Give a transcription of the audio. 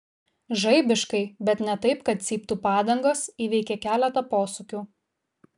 žaibiškai bet ne taip kad cyptų padangos įveikė keletą posūkių